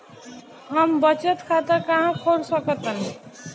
हम बचत खाता कहां खोल सकतानी?